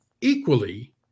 equally